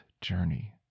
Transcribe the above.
journey